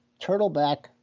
turtleback